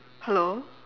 hello